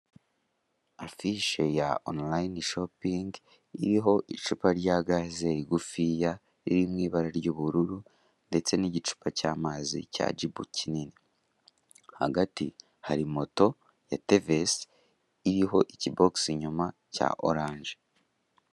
Afishe ya online shoping iriho icupa rya gaze rigufiya riri mu ibara ry'ubururu, ndetse n'igicupa cy'amazi cya Jibu kinini, hagati hari moto ya Tvs iriho ikibokisi inyuma cya oranje.